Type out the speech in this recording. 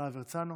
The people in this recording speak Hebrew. להב הרצנו,